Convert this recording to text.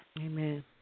Amen